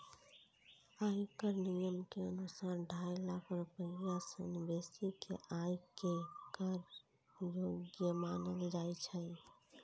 आयकर नियम के अनुसार, ढाई लाख रुपैया सं बेसी के आय कें कर योग्य मानल जाइ छै